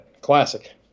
classic